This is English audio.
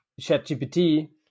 ChatGPT